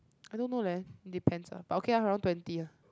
I don't know leh it depends ah but okay ah around twenty ah